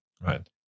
Right